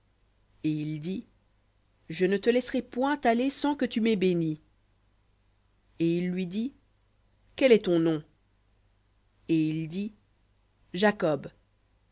et il dit je ne te laisserai point aller sans que tu m'aies béni et il lui dit quel est ton nom et il dit jacob